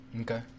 Okay